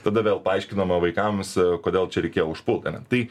tada vėl paaiškinama vaikams kodėl čia reikėjo užpulti ane tai